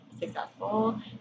successful